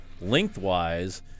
lengthwise